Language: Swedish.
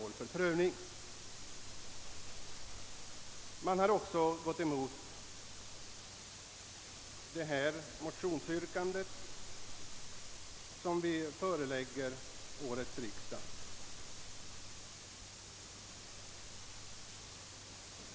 Utskottsmajoriteten har även gått emot det motionsyrkande som föreläggs årets riksdag.